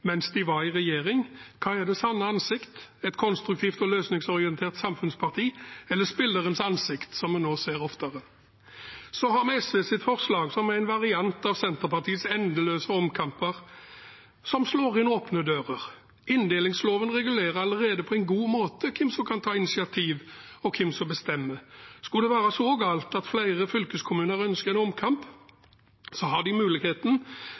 mens de var i regjering. Hva er det sanne ansikt – et konstruktivt og løsningsorientert samfunnsparti eller spillerens ansikt, som en nå ser oftere? Så har vi SVs forslag, som er en variant av Senterpartiets endeløse omkamper, som slår inn åpne dører. Inndelingsloven regulerer allerede på en god måte hvem som kan ta initiativ, og hvem som bestemmer. Skulle det være så galt at flere fylkeskommuner ønsker en omkamp, har de muligheten